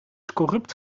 corrupt